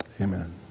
Amen